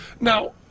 Now